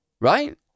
right